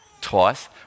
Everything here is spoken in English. twice